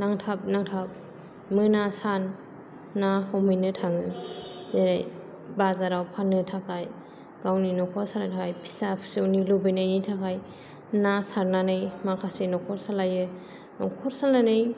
नांथाब नांथाब मोना सान ना हमैनो थाङो जेरै बाजाराव फान्नो थाखाय गावनि न'खौ सालायनो थाखाय फिसा फिसौनि लुबैनायनि थाखाय ना सारनानै माखासे नखर सालायो नखर सालायनायनि